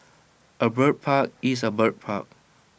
A bird park is A bird park